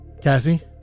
Cassie